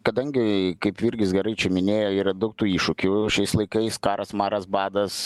kadangi kaip jurgis gerai čia minėjo yra daug tų iššūkių šiais laikais karas maras badas